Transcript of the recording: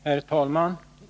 Herr talman!